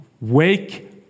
wake